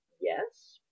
Yes